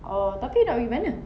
orh tapi nak pergi mana